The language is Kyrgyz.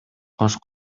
кош